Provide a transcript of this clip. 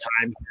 time